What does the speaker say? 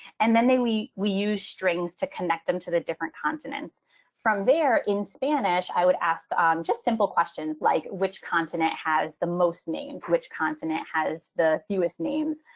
and then they we we use strings to connect them to the different continents from there. in spanish, i would ask um just simple questions like which continent has the most names? which continent has the fewest names?